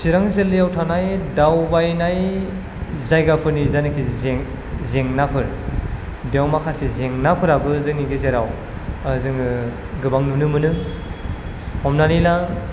चिरां जिल्लायाव थानाय दावबायनाय जायगाफोरनि जायनाखि जेंनाफोर बेयाव माखासे जेंनाफोराबो जोंनि गेजेराव जोङो गोबां नुनो मोनो हमनानै ला